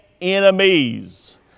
enemies